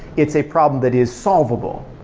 it's a problem that is solvable,